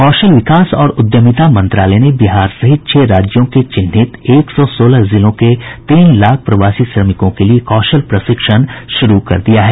कौशल विकास और उद्यमिता मंत्रालय ने बिहार सहित छह राज्यों के चिन्हित एक सौ सोलह जिलों के तीन लाख प्रवासी श्रमिकों के लिए कौशल प्रशिक्षण श्रू कर दिया है